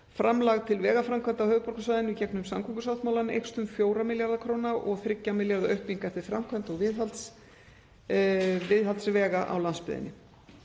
framlag til vegaframkvæmda á höfuðborgarsvæðinu í gegnum samgöngusáttmálann eykst um 4 milljarða kr. og 3 milljarða aukning er til framkvæmda og viðhalds vega á landsbyggðinni.